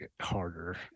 harder